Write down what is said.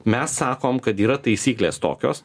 mes sakom kad yra taisyklės tokios